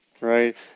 Right